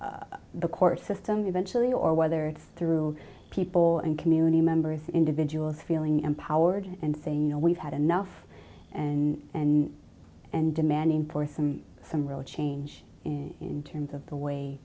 the court system eventually or whether it's through people and community members individuals feeling empowered and saying you know we've had enough and and demanding for some some real change in terms of the way